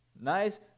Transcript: Nice